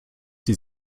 sie